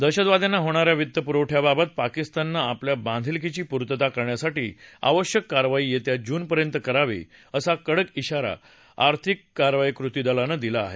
दहशतवाद्यांना होणा या वित्त पुरवठ्याबाबत पाकिस्ताननं आपल्या बांधिलकीची पूर्तता करण्यासाठी आवश्यक कारवाई येत्या जूनपर्यंत करावी असा कडक इशारा आर्थिक कारवाई कृती दलानं दिला आहे